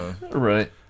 Right